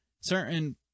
certain